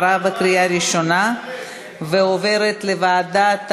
עברה בקריאה ראשונה ועוברת לוועדת החינוך,